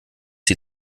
die